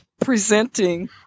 presenting